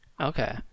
Okay